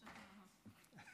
עד חמש דקות לרשותך.